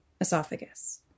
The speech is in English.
esophagus